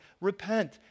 Repent